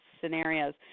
scenarios